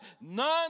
none